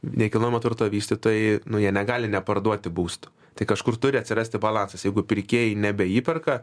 nekilnojamo turto vystytojai nu jie negali neparduoti būsto tai kažkur turi atsirasti balansas jeigu pirkėjai nebeįperka